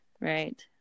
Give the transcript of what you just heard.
Right